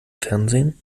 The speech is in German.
fernsehen